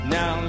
Now